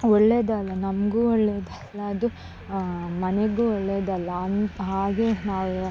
ಒಳ್ಳೆಯದಲ್ಲ ನಮ್ಗೂ ಒಳ್ಳೆಯದಲ್ಲ ಅದು ಮನೆಗೂ ಒಳ್ಳೆಯದಲ್ಲ ಅಂ ಹಾಗೇ ನಾವು